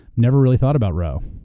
never really thought about roe.